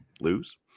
lose